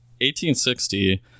1860